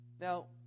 Now